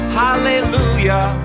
hallelujah